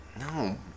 No